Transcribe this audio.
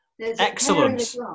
Excellent